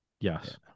Yes